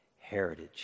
heritage